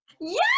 Yes